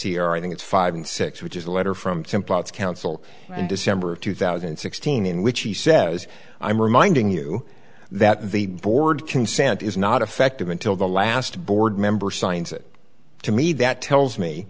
r i think it's five and six which is a letter from templates counsel and december of two thousand and sixteen in which he says i'm reminding you that the board consent is not effective until the last board member signs it to me that tells me